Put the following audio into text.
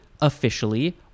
officially